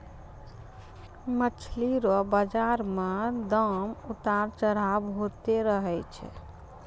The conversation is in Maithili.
मछली रो बाजार मे दाम उतार चढ़ाव होते रहै छै